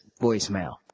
voicemail